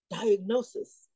diagnosis